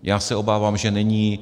Já se obávám, že není.